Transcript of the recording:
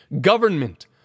government